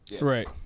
Right